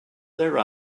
their